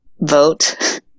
vote